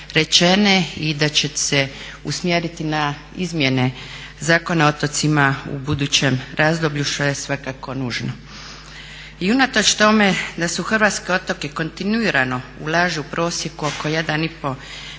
rečene i da će se usmjeriti na izmjene Zakona o otocima u budućem razdoblju, što je svakako nužno. I unatoč tome da se u hrvatske otoke kontinuirano ulaže u prosjeku oko 1,5